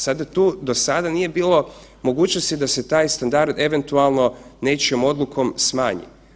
Sada tu, do sada nije bilo mogućnosti da se taj standard eventualno nečijom odlukom smanji.